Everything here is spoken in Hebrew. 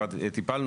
שדיברנו